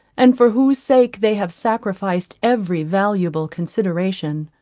and for whose sake they have sacrificed every valuable consideration.